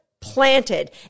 planted